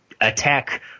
attack